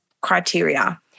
criteria